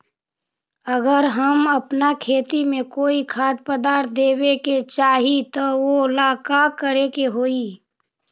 अगर हम अपना खेती में कोइ खाद्य पदार्थ देबे के चाही त वो ला का करे के होई?